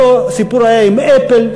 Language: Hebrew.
אותו סיפור היה עם "אפל",